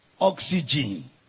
oxygen